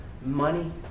money